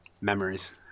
memories